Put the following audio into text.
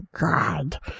God